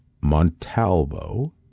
Montalvo